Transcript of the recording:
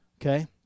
Okay